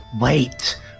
wait